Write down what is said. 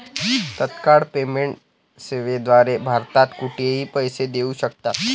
तत्काळ पेमेंट सेवेद्वारे भारतात कुठेही पैसे देऊ शकतात